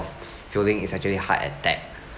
feeling is actually heart attack